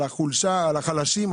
על החלשים,